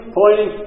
pointing